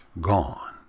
Gone